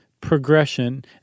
progression